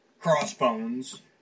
crossbones